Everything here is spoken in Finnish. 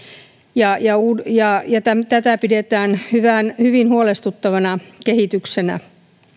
ja ja tätä pidetään hyvin huolestuttavana kehityksenä